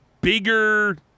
bigger